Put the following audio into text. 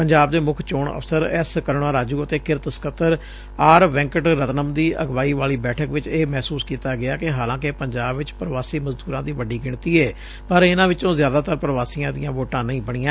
ਪੰਜਾਬ ਦੇ ਮੁੱਖ ਚੋਣ ਅਫ਼ਸਰ ਐਸ ਕਰੂਣਾ ਰਾਜੂ ਅਤੇ ਕਿਰਤ ਸਕੱਤਰ ਆਰ ਵੈਂਕਟ ਰਤਨਮ ਦੀ ਅਗਵਾਈ ਵਾਲੀ ਬੈਠਕ ਚ ਇਹ ਮਹਿਸੁਸ ਕੀਤਾ ਗਿਆ ਕਿ ਹਾਲਾਂਕਿ ਪੰਜਾਬ ਵਿਚ ਪ੍ਵਾਸੀ ਮਜ਼ਦੂਰਾਂ ਦੀ ਵੱਡੀ ਗਿਣਤੀ ਏ ਪਰ ਇਨ੍ਹਾਂ ਵਿਚੋਂ ਜ਼ਿਆਦਾਤਰ ਪ੍ਵਾਸੀਆਂ ਦੀਆਂ ਵੋਟਾਂ ਨਹੀਂ ਬਣੀਆਂ